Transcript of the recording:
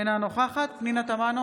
אינה נוכחת פנינה תמנו,